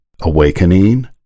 awakening